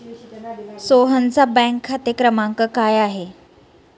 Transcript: सोहनचा बँक खाते क्रमांक काय आहे?